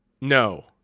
No